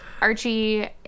Archie